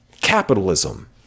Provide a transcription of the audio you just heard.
capitalism